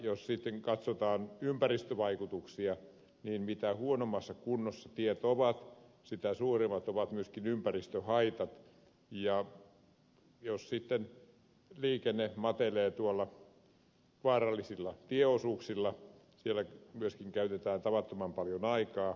jos sitten katsotaan ympäristövaikutuksia niin mitä huonommassa kunnossa tiet ovat sitä suuremmat ovat myöskin ympäristöhaitat ja jos liikenne matelee tuolla vaarallisilla tieosuuksilla siellä myöskin käytetään tavattoman paljon aikaa